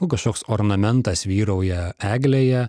o kašoks ornamentas vyrauja eglėje